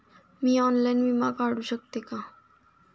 मी online विमा काढू शकते का?